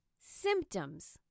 Symptoms